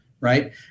right